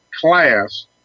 class